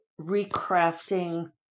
recrafting